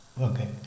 Okay